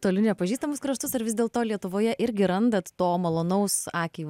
toli nepažįstamus kraštus ar vis dėlto lietuvoje irgi randat to malonaus akiai